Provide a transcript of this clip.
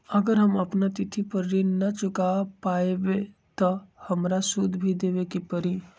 अगर हम अपना तिथि पर ऋण न चुका पायेबे त हमरा सूद भी देबे के परि?